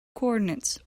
coordinates